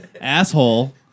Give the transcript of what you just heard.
asshole